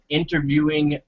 interviewing